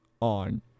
on